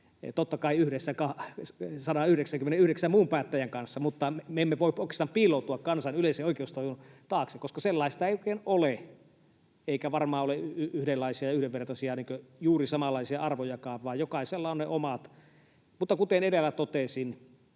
totta kai yhdessä 199 muun päättäjän kanssa — mutta me emme voi oikeastaan piiloutua kansan yleisen oikeustajun taakse, koska sellaista ei oikein ole eikä varmaan ole yhdenlaisia ja yhdenvertaisia, juuri samanlaisia arvojakaan, vaan jokaisella on ne omat. Mutta kuten edellä totesin,